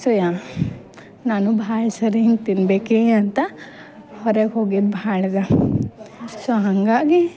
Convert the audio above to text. so yeah ನಾನು ಭಾಳ ಸರಿ ಹಿಂಗೆ ತಿನ್ಬೇಕೇ ಅಂತ ಹೊರಗೆ ಹೋಗಿ ಭಾಳ ಸೊ ಹಾಂಗಾಗಿ